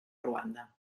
ruanda